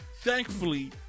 Thankfully